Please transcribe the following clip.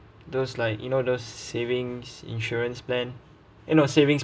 those like you know those savings insurance plan eh no savings